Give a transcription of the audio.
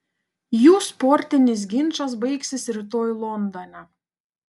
jų sportinis ginčas baigsis rytoj londone